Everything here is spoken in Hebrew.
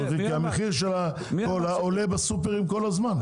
כי המחיר של הקולה עולה בסופרים כל הזמן.